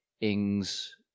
Ings